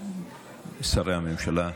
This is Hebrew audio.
שרי הממשלה,